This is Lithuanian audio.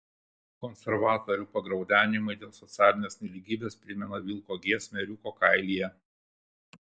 konservatorių pagraudenimai dėl socialinės nelygybės primena vilko giesmę ėriuko kailyje